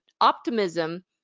optimism